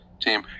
Team